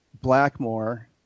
Blackmore